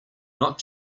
not